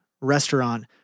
restaurant